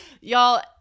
y'all